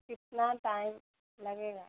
कितना टाइम लगेगा